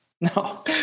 No